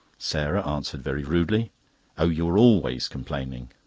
sarah answered very rudely oh, you are always complaining.